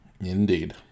Indeed